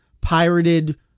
pirated